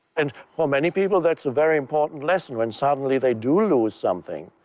and for many people that's a very important lesson when suddenly they do lose something.